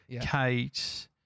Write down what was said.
Kate